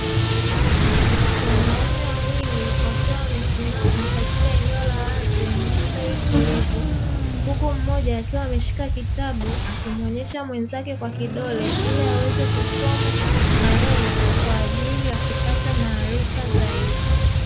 Wanaume wawili, wakiwa wamesimama katika eneo la wazi lenye mandhari tulivu, huku mmoja akiwa ameshika kitabu akimuonyesha mwenzake kwa kidole ili aweze kusoma na yeye kwa ajili kupata maarifa zaidi.